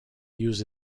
use